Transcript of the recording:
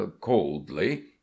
coldly